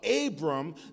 Abram